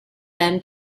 them